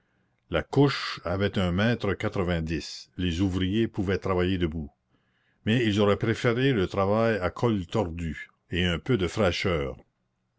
la couche avait un mètre quatre-vingt-dix les ouvriers pouvaient travailler debout mais ils auraient préféré le travail à col tordu et un peu de fraîcheur